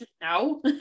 No